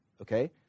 okay